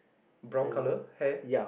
brown colour hair